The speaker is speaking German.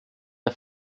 der